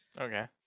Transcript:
Okay